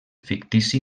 fictici